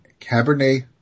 Cabernet